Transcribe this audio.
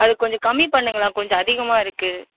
அது கொஞ்சம் கம்மி பண்ணுங்களேன் கொஞ்சம் அதிகமாக இருக்குது